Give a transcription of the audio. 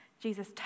Jesus